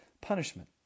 punishment